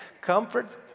comfort